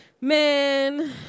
Man